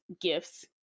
gifts